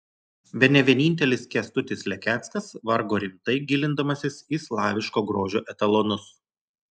bene vienintelis kęstutis lekeckas vargo rimtai gilindamasis į slaviško grožio etalonus